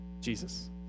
Jesus